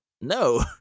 no